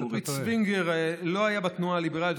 אורי צבי גרינברג לא היה בתנועה הליברלית,